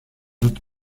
doute